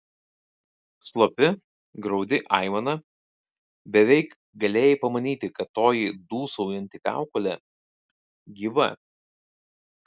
slopi graudi aimana beveik galėjai pamanyti kad toji dūsaujanti kaukolė gyva